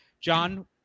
John